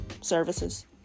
services